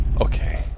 okay